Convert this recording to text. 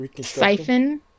siphon